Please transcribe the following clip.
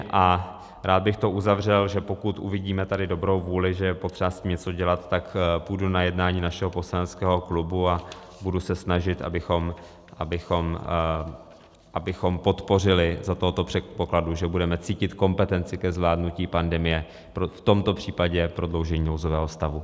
A rád bych to uzavřel, že pokud uvidíme tady dobrou vůli, že je potřeba s tím něco dělat, tak půjdu na jednání našeho poslaneckého klubu a budu se snažit, abychom podpořili, za tohoto předpokladu, že budeme cítit kompetenci k zvládnutí pandemie, v tomto případě prodloužení nouzového stavu.